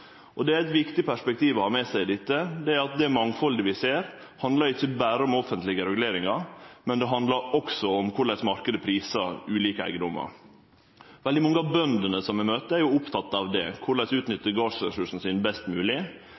Det er eit viktig perspektiv å ha med seg i dette at det mangfaldet vi ser, ikkje berre handlar om offentlege reguleringar, men også om korleis marknaden prisar ulike eigedomar. Veldig mange av bøndene eg møter, er opptekne av korleis dei kan utnytte gardsressursen sin best